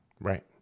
Right